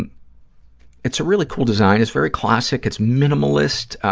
and it's a really cool design. it's very classic. it's minimalist,